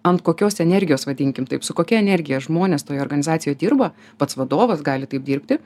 ant kokios energijos vadinkim taip su kokia energija žmonės toje organizacijoj dirba pats vadovas gali taip dirbti